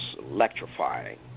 electrifying